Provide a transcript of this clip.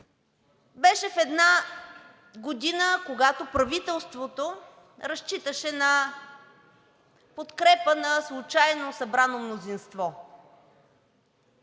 беше в една година, когато правителството разчиташе на подкрепа на случайно събрано мнозинство.